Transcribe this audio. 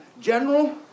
general